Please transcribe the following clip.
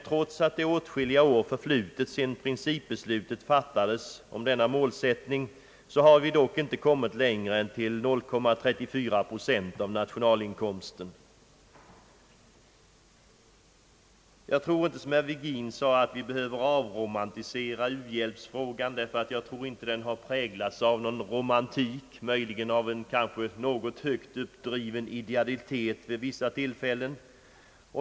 Trots att åtskilliga år förflutit sedan principbeslutet fattades om målsättningen har vi dock inte kommit längre än till 0,34 procent av nationalinkomsten. Jag tror inte, som herr Virgin sade, att vi behöver avromantisera u-hjälpsfrågan. Jag tror nämligen inte att den har präglats av någon romantik, möjligen kanske av en högt uppdriven idealitet vid vissa tillfällen.